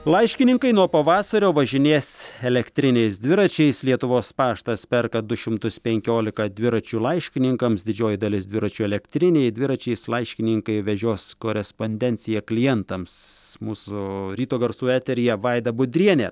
laiškininkai nuo pavasario važinės elektriniais dviračiais lietuvos paštas perka du šimtus penkiolika dviračių laiškininkams didžioji dalis dviračių elektriniai dviračiais laiškininkai vežios korespondenciją klientams mūsų ryto garsų eteryje vaida budrienė